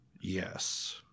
yes